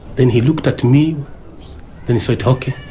then he looked at me then he said, okay.